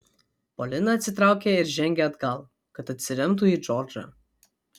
polina atsitraukė ir žengė atgal kad atsiremtų į džordžą